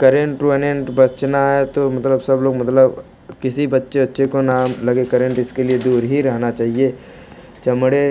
current वरेंट बचना है तो मतलब सब लोग मतलब किसी बच्चे वच्चे को न लगे करेंट इसके लिए दूर ही रहना चाहिए चमड़े